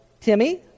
Timmy